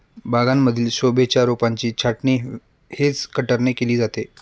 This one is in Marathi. बागांमधील शोभेच्या रोपांची छाटणी हेज कटरने केली जाते